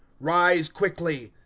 rise quickly.